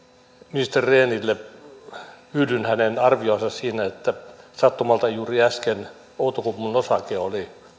ministeri rehnille yhdyn hänen arvioonsa siitä että sattumalta juuri äsken outokummun osake oli